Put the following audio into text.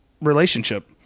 relationship